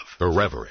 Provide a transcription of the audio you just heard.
Irreverent